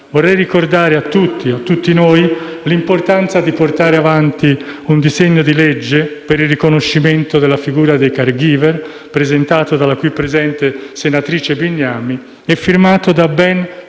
vorrei ricordare a tutti noi l'importanza di portare avanti un disegno di legge per il riconoscimento della figura dei *caregiver*, presentato dalla qui presente senatrice Bignami e firmato da ben